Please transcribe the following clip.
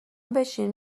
بشین